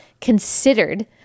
considered